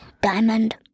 Diamond